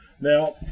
Now